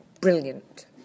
brilliant